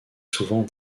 souvent